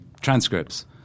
transcripts